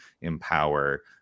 empower